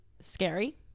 scary